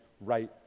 right